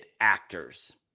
actors